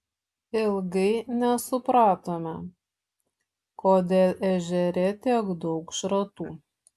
ilgai nesupratome kodėl ežere tiek daug šratų